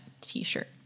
T-shirt